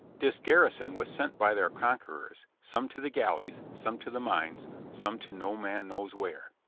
this garrison was sent by their conquerors, some to the galleys, some to the mines, some to no man knows where.